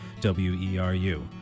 WERU